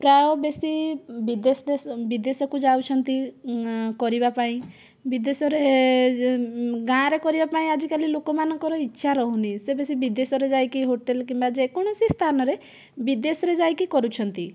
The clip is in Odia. ପ୍ରାୟ ବେଶୀ ବିଦେଶ ବିଦେଶକୁ ଯାଉଛନ୍ତି କରିବା ପାଇଁ ବିଦେଶରେ ଗାଁରେ କରିବା ପାଇଁ ଆଜିକାଲି ଲୋକ ମାନଙ୍କର ଇଛା ରହୁନି ସେ ବେଶି ବିଦେଶରେ ଯାଇକି ହୋଟେଲ କିମ୍ବା ଯେକୌଣସି ସ୍ଥାନରେ ବିଦେଶରେ ଯାଇକି କରୁଛନ୍ତି